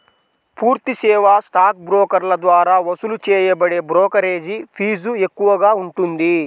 పూర్తి సేవా స్టాక్ బ్రోకర్ల ద్వారా వసూలు చేయబడే బ్రోకరేజీ ఫీజు ఎక్కువగా ఉంటుంది